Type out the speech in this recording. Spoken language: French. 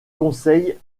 conseille